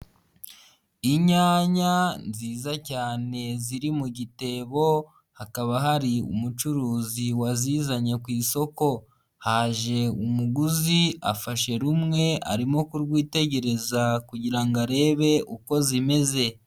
Inyanya nziza cyane ziri mu gitebo hakaba hari umucuruzi wazizanye ku isoko. Haje umuguzi afashe rumwe arimo kurwitegereza kugira arebe uko zimeze.